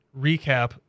recap